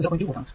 2 volt ആണ്